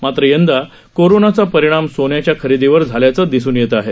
मात्र यंदा कोरोनाचा परिणाम सोन्याच्या खरेदीवर झाल्याचं दिसून येत आहे